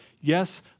Yes